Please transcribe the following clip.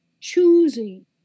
choosing